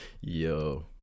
Yo